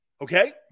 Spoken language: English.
okay